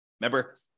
Remember